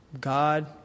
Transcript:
God